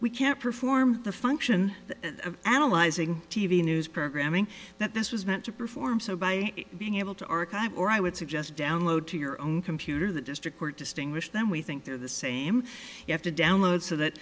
we can't perform the function of analyzing t v news programming that this was meant to perform so by being able to archive or i would suggest download to your own computer the district court distinguish them we think they're the same you have to download so that